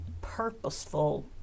purposeful